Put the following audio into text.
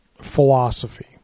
philosophy